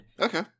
Okay